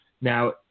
now